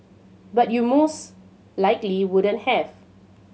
but you most likely wouldn't have